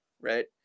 right